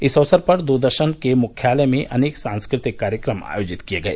इस अवसर पर दूरदर्शन के मुख्यालय में अनेक सांस्कृतिक कार्यक्रम आयोजित किए गए